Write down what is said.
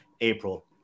April